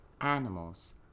animals